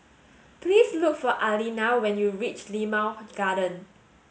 please look for Allena when you reach Limau Garden